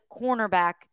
cornerback